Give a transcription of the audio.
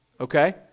okay